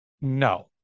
No